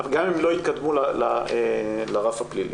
גם אם הם לא התקדמו לרף הפלילי.